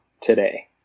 today